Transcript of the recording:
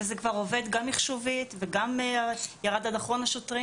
וזה כבר עובד גם מחשובית וזה גם ירד עד אחרון השוטרים,